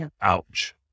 Ouch